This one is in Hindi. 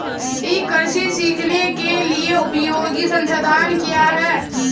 ई कृषि सीखने के लिए उपयोगी संसाधन क्या हैं?